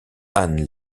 anne